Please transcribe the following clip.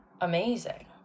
Amazing